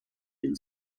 den